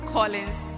Collins